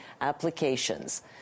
applications